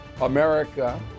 America